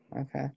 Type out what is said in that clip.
Okay